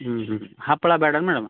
ಹ್ಞೂ ಹ್ಞೂ ಹಪ್ಪಳ ಬ್ಯಾಡೇನು ಮೇಡಮ್